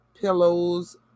pillows